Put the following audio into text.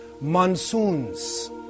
monsoons